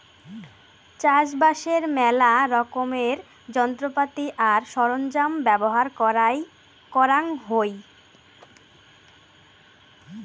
চাষবাসের মেলা রকমের যন্ত্রপাতি আর সরঞ্জাম ব্যবহার করাং হই